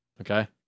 Okay